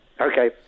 Okay